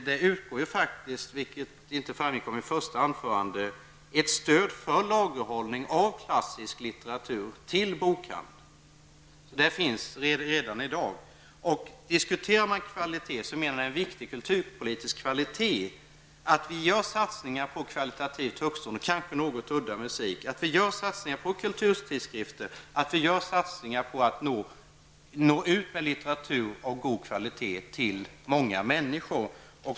Det utgår faktiskt, vilket framgick av mitt första anförande, ett stöd för lagerhållning av klassisk litteratur till bokhandeln. Det är viktigt ur kulturpolitisk synpunkt att vi satsar på kanske något udda musik, på kulturtidskrifter och på att nå ut med litteratur av god kvalitet till många människor.